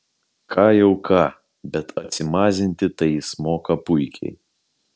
ką jau ką bet atsimazinti tai jis moka puikiai